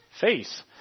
face